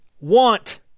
want